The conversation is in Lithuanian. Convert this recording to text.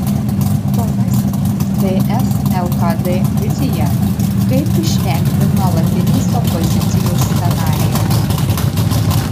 tolesnė ts lkd vizija kaip išvengti nuolatinės opozicijos scenarijaus